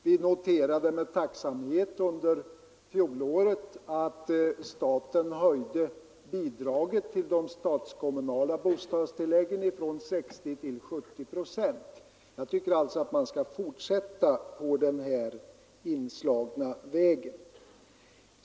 Vi noterade under fjolåret med tacksamhet att staten höjde bidraget till de statskommunala bostadstilläggen från 60 till 70 procent. Jag tycker att man skall fortsätta på den inslagna vägen.